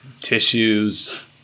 tissues